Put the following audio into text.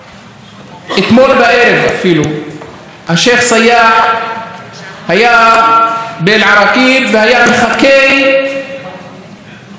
השייח' סיאח היה באל-עראקיב וחיכה להיכנס לכלא מחר,